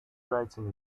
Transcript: writing